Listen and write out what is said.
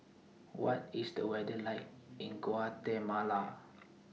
What IS The weather like in Guatemala